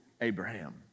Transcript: Abraham